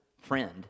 friend